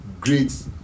great